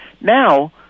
Now